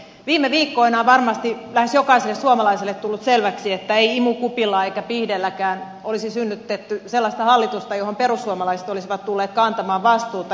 viime viikkoina on varmasti lähes jokaiselle suomalaiselle tullut selväksi että ei imukupilla eikä pihdeilläkään olisi synnytetty sellaista hallitusta johon perussuomalaiset olisivat tulleet kantamaan vastuuta